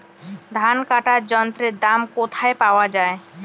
ধান কাটার যন্ত্রের দাম কোথায় পাওয়া যায়?